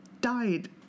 died